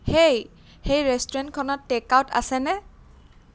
সেই সেই ৰেষ্টুৰেণ্টখনত টেক আউট আছেনে